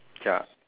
ya